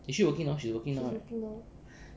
is she working now she's working now right